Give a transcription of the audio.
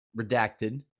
redacted